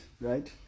right